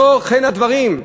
לא כך הדברים.